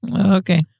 Okay